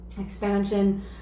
Expansion